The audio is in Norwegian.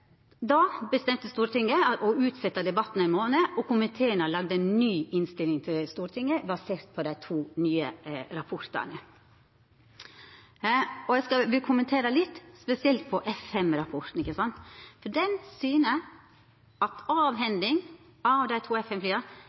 Då bestemte Stortinget at debatten skulle utsetjast med ein månad, og komiteen har laga ei ny innstilling til Stortinget, basert på dei to nye rapportane. Eg vil kommentere spesielt F-5-rapporten litt. Den syner at avhending av dei